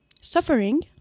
suffering